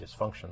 dysfunction